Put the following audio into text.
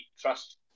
trust